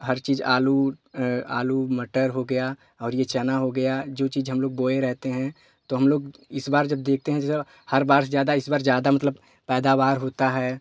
हर चीज़ आलू आलू मटर हो गया और यह चना हो गया जो चीज़ हम लोग बोए रहते हैं तो हम लोग इस बार जब देखते हैं जैसे हर बार से ज़्यादा इस बार ज़्यादा मतलब पैदावार होता है